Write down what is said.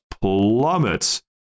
plummets